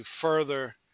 further